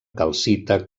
calcita